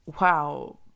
wow